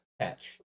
catch